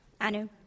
Anu